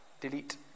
Delete